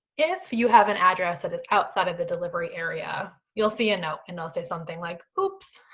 if you have an address that is outside of the delivery area, you'll see a note and it'll say something like, oops,